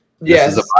Yes